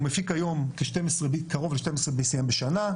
הוא מפיק היום קרוב ל-12 BCM בשנה,